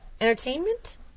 Entertainment